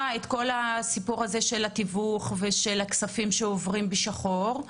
את כל הסיפור הזה של התיווך ושל הכספים שעוברים בשחור.